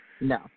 No